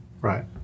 Right